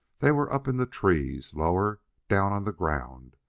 they were up in the trees lower down on the ground.